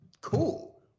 cool